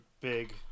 big